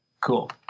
Cool